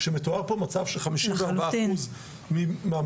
כשמתואר פה מצב שחמישים וארבעה אחוז מהמורים